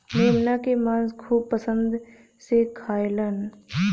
मेमना के मांस खूब पसंद से खाएलन